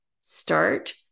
start